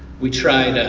we tried